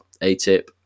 ATIP